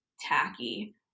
tacky